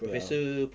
ya